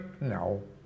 No